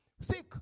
Sick